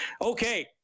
Okay